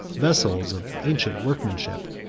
vessels of ancient workmanship,